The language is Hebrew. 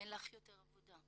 אין לך יותר עבודה".